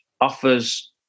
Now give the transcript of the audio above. offers